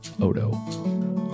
odo